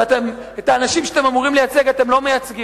שאת האנשים שאתם אמורים לייצג אתם לא מייצגים,